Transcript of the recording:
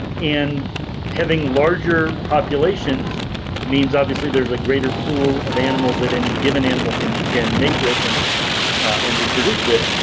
and having larger populations means obviously there's a greater pool of animals at any given animal can can make with and and reproduce with.